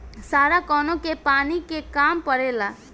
सारा कौनो के पानी के काम परेला